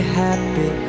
happy